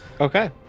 Okay